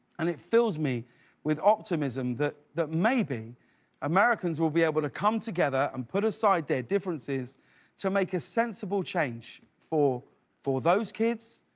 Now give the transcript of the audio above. and that fills me with optimism, that that maybe americans will be able to come together and put aside their differences to make a sensible change for for those kids,